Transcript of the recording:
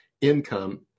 income